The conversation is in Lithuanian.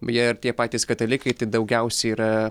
beje ir tie patys katalikai daugiausiai yra